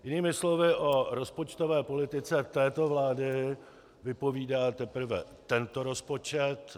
Jinými slovy, o rozpočtové politice této vlády vypovídá teprve tento rozpočet.